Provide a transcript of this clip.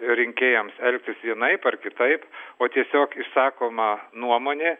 rinkėjams elgtis vienaip ar kitaip o tiesiog išsakoma nuomonė